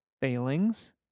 failings